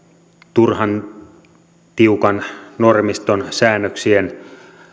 turhan tiukan normiston säännöksien